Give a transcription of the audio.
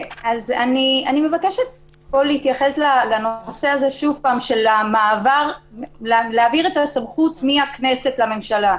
אני מבקשת להתייחס שוב לנושא של העברת הסמכות מהכנסת לממשלה.